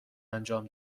انجام